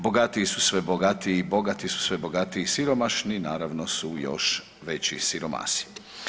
Bogatiji su sve bogatiji i bogati su sve bogatiji, siromašni naravno su još veći siromasi.